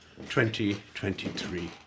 2023